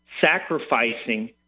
sacrificing